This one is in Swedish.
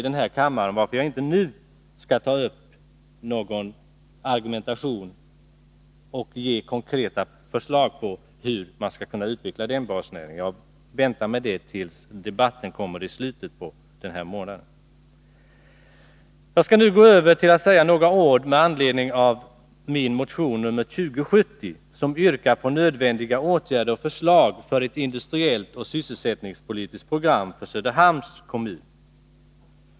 Jag skall därför inte nu gå in på någon argumentation för de konkreta förslag vi har när det gäller att utveckla den näringen, utan jag väntar med det till den debatt som skall föras i slutet av månaden. Jag skall nu gå över till att säga några ord med anledning av min motion nr 2070, i vilken jag yrkar på nödvändiga åtgärder och förslag för ett industriellt och sysselsättningspolitiskt program för Söderhamns kommun.